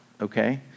okay